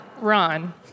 Ron